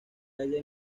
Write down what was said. halla